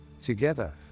Together